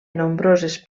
nombroses